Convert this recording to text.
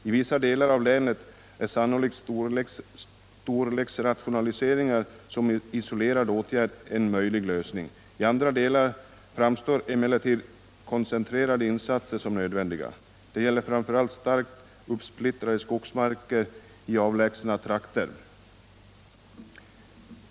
I vissa delar av länet är sannolikt storleksrationaliseringar som isolerad åtgärd en möjlig lösning. I andra delar framstår emellertid koncentrerade insatser som nödvändiga. Det gäller framför allt starkt uppsplittrade skogsmarker i avlägsna trakter.